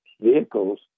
vehicles